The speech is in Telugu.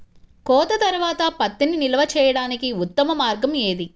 కోత తర్వాత పత్తిని నిల్వ చేయడానికి ఉత్తమ మార్గం ఏది?